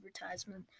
advertisement